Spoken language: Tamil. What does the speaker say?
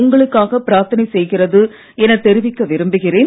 உங்களுக்காக பிரார்த்தனை செய்கிறது எனத் தெரிவிக்க விரும்புகிறேன்